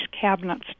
cabinets